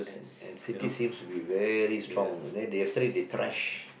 and City seems to be very strong then yesterday they trash